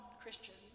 Christians